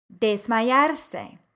Desmayarse